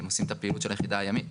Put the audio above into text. הם עושים את הפעילות של היחידה הימית.